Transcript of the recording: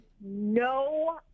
no